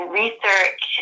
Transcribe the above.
research